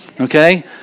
Okay